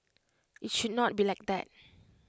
IT should not be like that